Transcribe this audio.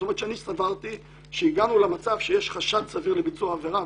זאת אומרת שסברתי שיש חשד סביר לביצוע עבירה,